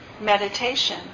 meditation